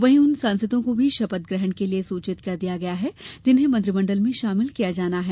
वहीं उन सांसदों को भी शपथ ग्रहण के लिये सूचित कर दिया गया है जिन्हें मंत्रिमंडल में शामिल किया जाना है